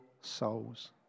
souls